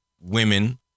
women